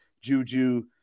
Juju